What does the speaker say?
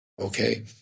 okay